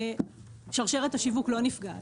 שרשרת השיווק לא נפגעת.